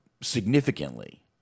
significantly